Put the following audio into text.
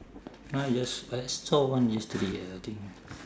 !huh! just I saw one yesterday I think